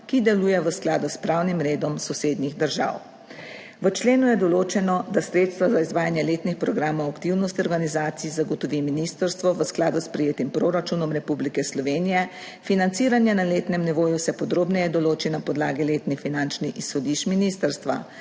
ki deluje v skladu s pravnim redom sosednjih držav. V členu je določeno, da sredstva za izvajanje letnih programov aktivnosti organizacij zagotovi ministrstvo v skladu s sprejetim proračunom Republike Slovenije. Financiranje na letnem nivoju se podrobneje določi na podlagi letnih finančnih izhodišč ministrstva.